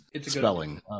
spelling